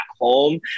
home